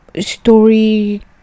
story